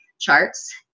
charts